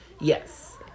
Yes